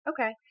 okay